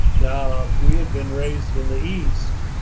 now, if we had been raised in the east,